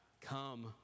come